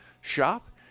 shop